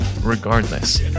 regardless